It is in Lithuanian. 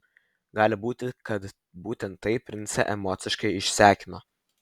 gali būti kad būtent tai princą emociškai išsekino